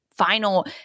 final